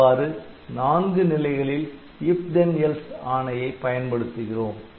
இவ்வாறு நான்கு நிலைகளில் IF THEN ELSE ஆணையை பயன்படுத்துகிறோம்